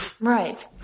Right